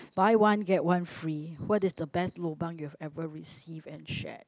buy one get one free what is the best lobang you had ever received and share